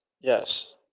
Yes